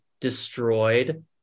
destroyed